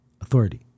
authority